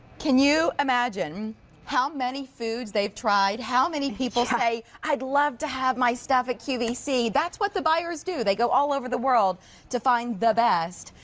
can you imagine how many foods they have tried? how many people say i would love to have my stuff at qvc. that's what the buyers do. they go all over the world to find the best.